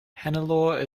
hannelore